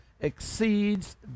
exceeds